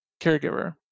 caregiver